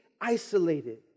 isolated